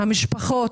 המשפחות,